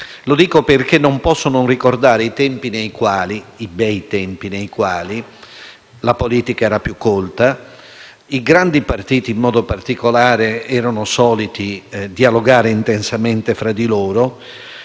Lo dico perché non posso non ricordare i bei tempi nei quali la politica era più colta; i grandi partiti in modo particolare erano soliti dialogare intensamente fra di loro